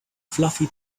fluffy